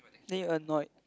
then you annoyed